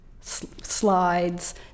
slides